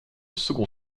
second